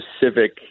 specific